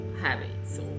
habits